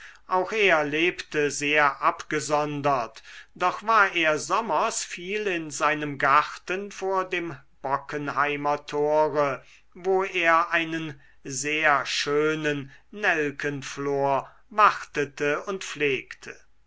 auch er lebte sehr abgesondert doch war er sommers viel in seinem garten vor dem bockenheimer tore wo er einen sehr schönen nelkenflor wartete und pflegte